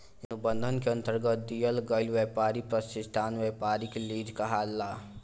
एगो अनुबंध के अंतरगत दिहल गईल ब्यपारी प्रतिष्ठान ब्यपारिक लीज कहलाला